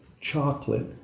chocolate